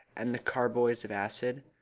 and the carboys of acid.